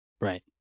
Right